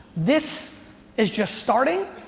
this is just starting,